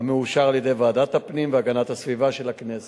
המאושר על-ידי ועדת הפנים והגנת הסביבה של הכנסת,